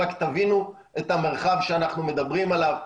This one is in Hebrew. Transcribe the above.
רק תבינו את המרחב שאנחנו מדברים עליו.